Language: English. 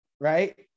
Right